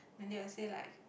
and they will say like